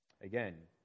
Again